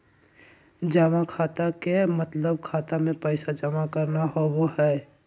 जमा खाता के मतलब खाता मे पैसा जमा करना होवो हय